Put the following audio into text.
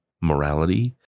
morality